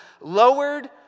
lowered